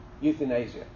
euthanasia